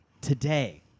today